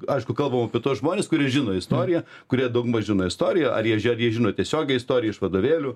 aišku kalbam apie tuos žmones kurie žino istoriją kurie daugmaž žino istoriją ar jie ar jie žino tiesiogiai istoriją iš vadovėlių